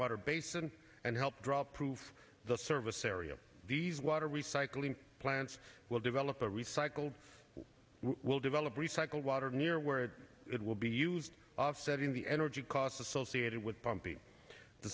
water basin and help drought proof the service area these water recycling plants will develop a recycled will develop recycled water near where it will be used offsetting the energy costs associated with pumping the